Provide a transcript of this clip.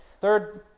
Third